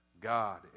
God